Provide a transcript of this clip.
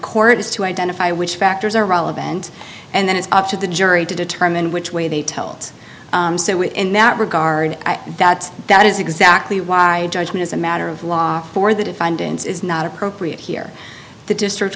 court is to identify which factors are relevant and then it's up to the jury to determine which way they tell us so in that regard that that is exactly why judge me as a matter of law for the defendants is not appropriate here the district